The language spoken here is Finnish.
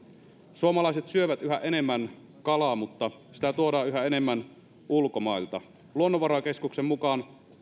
suomalaiset syövät yhä enemmän kalaa mutta sitä tuodaan yhä enemmän ulkomailta luonnonvarakeskuksen mukaan